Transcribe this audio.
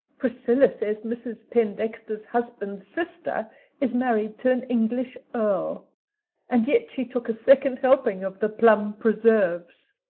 priscilla says mrs. pendexter's husband's sister is married to an english earl and yet she took a second helping of the plum preserves,